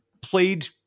played